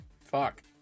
Fuck